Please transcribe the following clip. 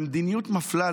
זו מדיניות מפלה,